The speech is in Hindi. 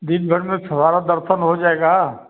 दिन भर में तो हमारा दर्शन हो जाएगा